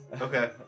Okay